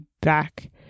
back